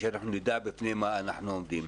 כדי שנדע בפני מה אנחנו עומדים.